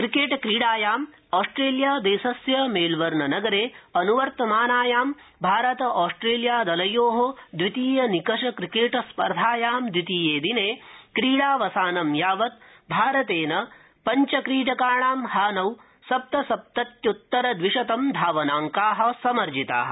cricket Australia देशस्य Melbourne नगरे अनुवर्त मानायां भारत ऑस्ट्रेलिया दलयो द्वितीय क्रिकेटनिकषस्पर्धायां द्वितीये दिने क्रिडावसानं यावत् भारतेन पञ्च क्रीडकानां हानौ सप्तसप्तत्यक्तरद्विशतं धावनाङ्का समर्जिता